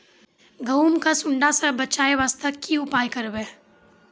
गहूम के सुंडा से बचाई वास्ते की उपाय करबै?